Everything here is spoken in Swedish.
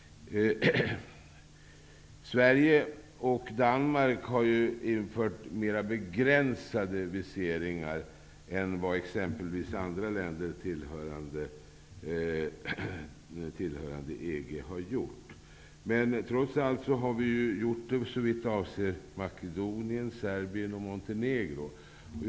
Sverige och Danmark har infört mera begrän sade viseringar än vad exempelvis andra länder tillhörande EG har gjort. Vi har infört viserings tvång för Makedonien, Serbien och Montenegro.